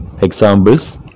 Examples